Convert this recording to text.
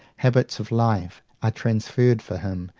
habits of life, are transfigured for him,